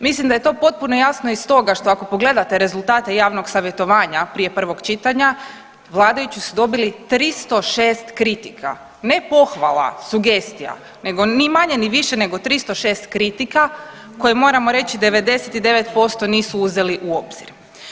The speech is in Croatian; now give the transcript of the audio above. Mislim da je to potpuno jasno iz toga što ako pogledate rezultate javnog savjetovanja prije prvog čitanja, vladajući su dobili 306 kritika, ne pohvala, sugestija nego ni manje ni više nego 306 kritika koje moramo reći 99% nisu uzeli u obzir.